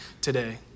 today